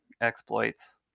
exploits